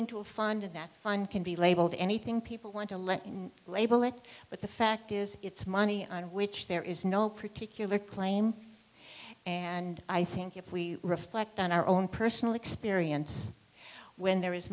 into a fund that fund can be labeled anything people want to let you label it but the fact is it's money on which there is no particular claim and i think if we reflect on our own personal experience when there